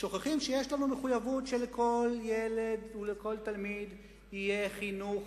שוכחים שיש לנו מחויבות שלכל ילד ולכל תלמיד יהיה חינוך